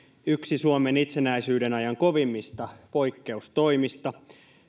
yksi suomen itsenäisyyden ajan kovimmista poikkeustoimista